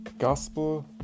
Gospel